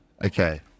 Okay